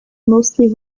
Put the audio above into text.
mostly